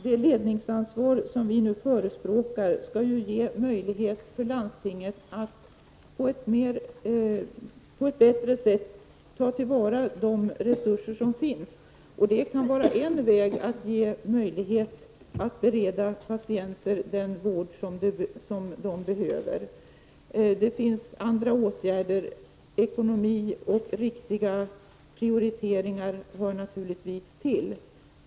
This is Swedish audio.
Det ledningsansvar som vi nu förespråkar skall ge möjlighet för landstingen att på ett bättre sätt ta till vara de resurser som finns. Det kan vara en väg att bereda patienter den vård som de behöver. Det finns också andra åtgärder — ekonomi och riktiga prioriteringar hör naturligtvis till.